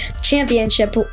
championship